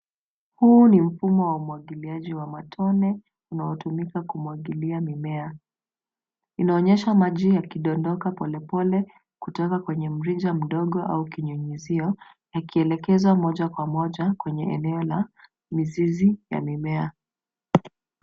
Huu ni mfumo wa umwagiliaji wa matone unaotumika kumwagilia mimea. Inaonyesha maji yakidondoka polepole kutoka kwenye mrija mdogo au kinyunyuzio, yakielekezwa moja kwa moja kwenye eneo la mizizi ya mimea.